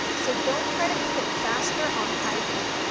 so don't try to cook it faster on high heat.